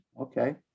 okay